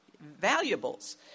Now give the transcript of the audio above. valuables